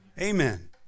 Amen